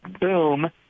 boom